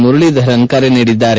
ಮುರಳೀಧರನ್ ಕರೆ ನೀಡಿದ್ದಾರೆ